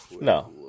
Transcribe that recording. No